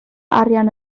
arian